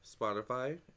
Spotify